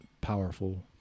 powerful